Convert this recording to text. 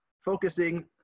focusing